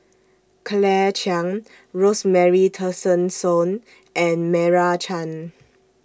Claire Chiang Rosemary Tessensohn and Meira Chand